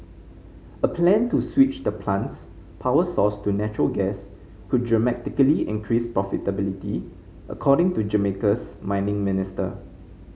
a plan to switch the plant's power source to natural gas could dramatically increase profitability according to Jamaica's mining minister